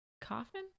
Coffin